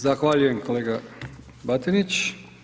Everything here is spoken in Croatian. Zahvaljujem kolega Batinić.